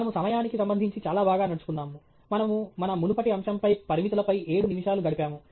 మనము సమయానికి సంబంధించి చాలా బాగా నడుచుకున్నాము మనము మన మునుపటి అంశంపై పరిమితులపై 7 నిమిషాలు గడిపాము